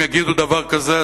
אם יגידו דבר כזה,